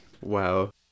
Wow